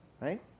Right